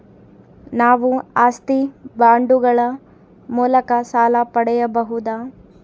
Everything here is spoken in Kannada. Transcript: ನಾವು ಆಸ್ತಿ ಬಾಂಡುಗಳ ಮೂಲಕ ಸಾಲ ಪಡೆಯಬಹುದಾ?